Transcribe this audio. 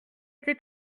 été